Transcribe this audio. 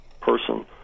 person